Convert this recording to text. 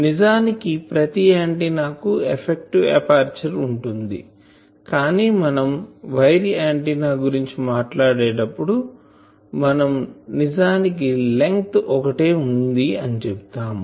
నిజానికి ప్రతి ఆంటిన్నా కు ఎఫెక్టివ్ ఎపర్చరు ఉంటుంది కానీ మనం వైర్ ఆంటిన్నా గురించి మాట్లాడేటప్పుడు మనం నిజానికి లెంగ్త్ ఒకటే వుంది అని చెప్తాము